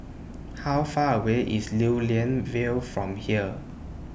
How Far away IS Lew Lian Vale from here